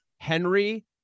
Henry